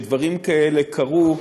כשדברים כאלה קרו,